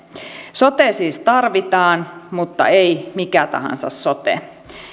sote siis tarvitaan mutta ei mikä tahansa sote